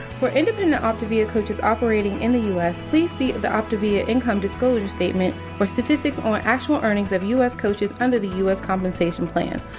for independent optavia coaches operating in the u s, please see the optavia income disclosure statement for statistics on actual earnings of u s. coaches under the u s. compensation plan.